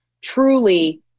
truly